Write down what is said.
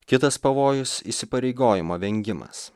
kitas pavojus įsipareigojimo vengimas